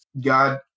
God